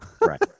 Right